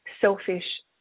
selfish